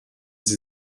sie